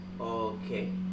Okay